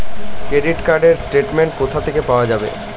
Credit card র statement কোথা থেকে পাওয়া যাবে?